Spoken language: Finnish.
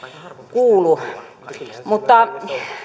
kuulu mutta